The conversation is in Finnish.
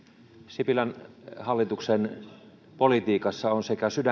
sipilän hallituksen politiikassa on